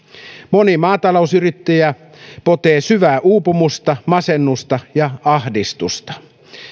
moni maatalousyrittäjä potee syvää uupumusta masennusta ja ahdistusta